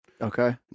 Okay